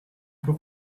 peu